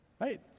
Right